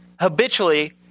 habitually